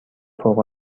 فوق